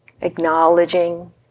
acknowledging